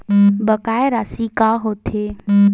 बकाया राशि का होथे?